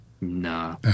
nah